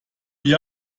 wir